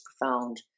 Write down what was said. profound